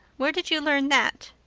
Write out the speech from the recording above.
where did you learn that?